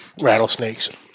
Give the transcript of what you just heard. rattlesnakes